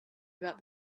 about